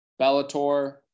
Bellator